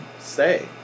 stay